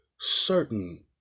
certain